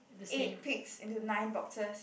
eight pigs into nine boxes